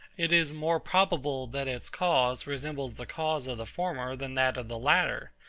it is more probable that its cause resembles the cause of the former than that of the latter,